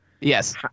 Yes